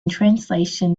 translation